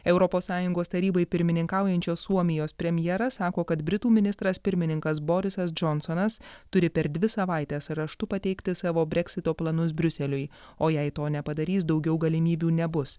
europos sąjungos tarybai pirmininkaujančios suomijos premjeras sako kad britų ministras pirmininkas borisas džonsonas turi per dvi savaites raštu pateikti savo breksito planus briuseliui o jei to nepadarys daugiau galimybių nebus